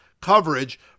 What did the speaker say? coverage